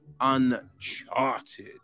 Uncharted